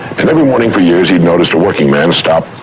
and every morning for years he noticed a working man stop,